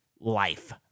life